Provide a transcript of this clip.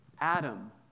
Adam